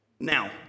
Now